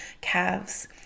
calves